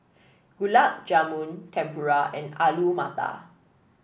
Gulab Jamun Tempura and Alu Matar